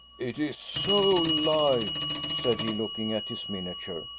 it is so like, said he, looking at his miniature,